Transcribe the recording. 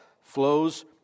flows